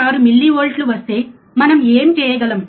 6 మిల్లీవోల్ట్లు వస్తే మనం చేయగలం